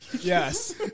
Yes